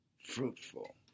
fruitful